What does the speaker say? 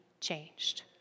changed